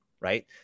right